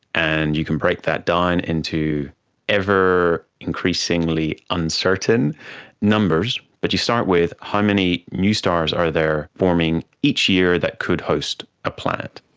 and you can break that down into ever increasingly uncertain numbers, but you start with how many new stars are there forming each year that could host a planet.